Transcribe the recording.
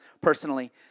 personally